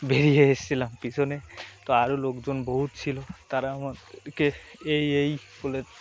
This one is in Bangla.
বেরিয়ে এসেছিলাম পিছনে তো আরও লোকজন বহুত ছিলো তারা আমাদেরকে এই এই বলে